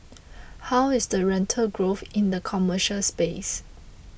how is the rental growth in the commercial space